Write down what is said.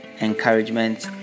encouragement